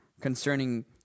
concerning